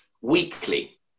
Weekly